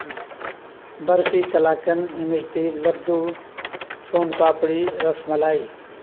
barfi kala kand imarti laddoo son papdi ras ملائی